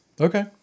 Okay